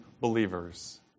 believers